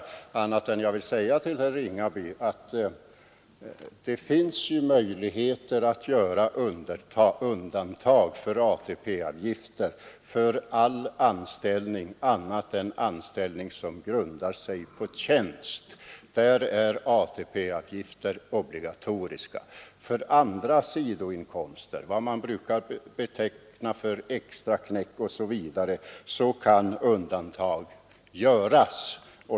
Jag vill bara säga till herr Ringaby att det finns möjligheter att göra undantag från ATP-avgiften för all annan anställning än tjänst. Där är inte ATP-avgifter obligatoriska. För andra sidoinkomster — vad man brukar beteckna såsom extraknäck — kan undantag göras.